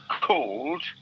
called